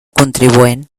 contribuent